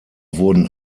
wurden